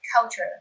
culture